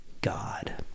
God